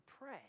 pray